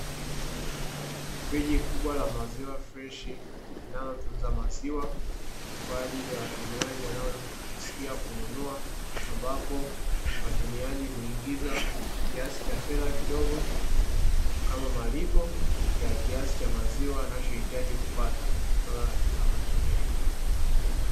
Friji kubwa la maziwa freshi inayotuuza maziwa kwa ajili ya watumiaji wanaosikia kununua ambapo watumiaji huingiza kiasi cha fedha kidogo, kama malipo ya kiasi cha maziwa anachohitaji kupata kutokana katika mashine hiyo.